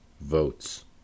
votes